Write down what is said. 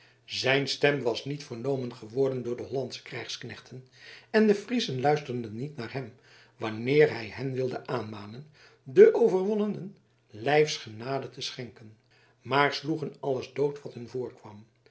zijn stem was niet vernomen geworden door de hollandsche krijgsknechten en de friezen luisterden niet naar hem wanneer hij hen wilde aanmanen den overwonnenen lijfsgenade te schenken maar sloegen alles dood wat hun voorkwam